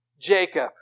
Jacob